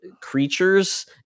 creatures